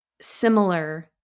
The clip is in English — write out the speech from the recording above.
similar